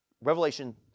Revelation